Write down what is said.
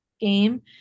game